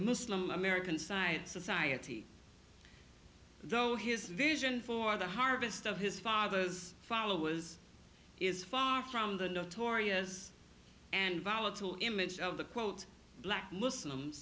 muslim american side society though his vision for the harvest of his father's followers is far from the notorious and volatile image of the quote black muslims